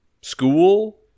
school